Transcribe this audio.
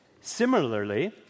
Similarly